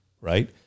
right